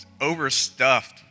overstuffed